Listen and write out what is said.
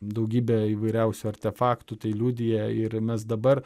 daugybė įvairiausių artefaktų tai liudija ir mes dabar